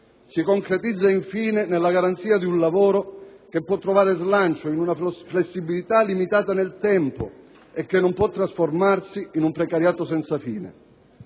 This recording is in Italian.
Si concretizza, infine, nella garanzia di un lavoro che può trovare slancio in una flessibilità limitata nel tempo e non può trasformarsi in un precariato senza fine.